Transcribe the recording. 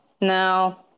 No